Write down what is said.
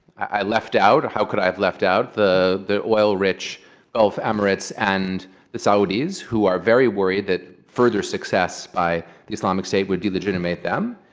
i left out. how could i have left out the the oil-rich gulf emirates and the saudis, who are very worried that further success by the islamic state would be de-legitimate them